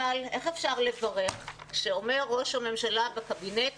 אבל איך אפשר לברך כשראש הממשלה אומר בקבינט,